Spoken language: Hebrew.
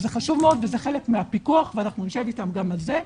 וזה חשוב מאוד וזה חלק מהפיקוח ואנחנו נשב איתם גם על זה,